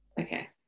Okay